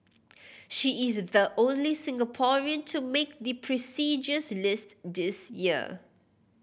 she is the only Singaporean to make the prestigious list this year